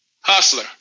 Hustler